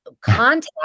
contact